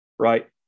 Right